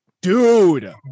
Dude